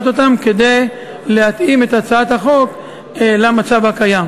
כדי להתאים את הצעת החוק למצב הקיים.